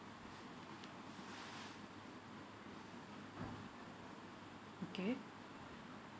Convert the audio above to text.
okay